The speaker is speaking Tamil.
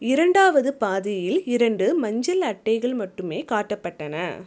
இரண்டாவது பாதியில் இரண்டு மஞ்சள் அட்டைகள் மட்டுமே காட்டப்பட்டன